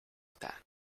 that